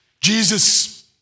Jesus